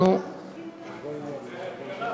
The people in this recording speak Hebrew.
לא יהיו הצבעות עכשיו.